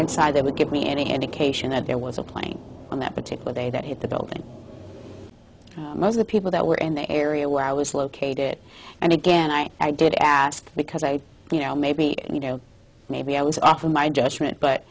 inside that would give me any indication that there was a plane on that particular day that hit the building most of the people that were in the area where i was located and again i did ask because i you know maybe you know maybe i was off in my judgment but